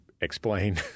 explain